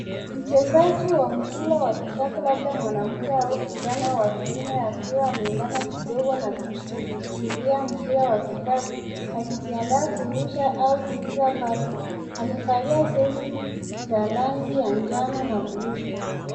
Mchezaji wa mpira wa kikapu labda mwanamke au kijana wa kiume akiwa ameinama kidogo na kushikilia mpira wa kikapu akijiandaa kurusha au kupiga pasi . Amevalia jezi la rangi ya njano na bluu.